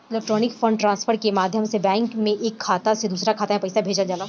electronic fund transfer के माध्यम से बैंक के एक खाता से दूसरा खाता में पईसा भेजल जाला